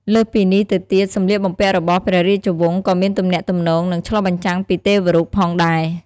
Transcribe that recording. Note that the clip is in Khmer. លើសពីនេះទៅទៀត សម្លៀកបំពាក់របស់ព្រះរាជវង្សក៏មានទំនាក់ទំនង និងឆ្លុះបញ្ចាំងពីទេវរូបផងដែរ។